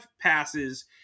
passes